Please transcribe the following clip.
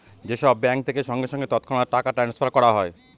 যে সব ব্যাঙ্ক থেকে সঙ্গে সঙ্গে তৎক্ষণাৎ টাকা ট্রাস্নফার করা হয়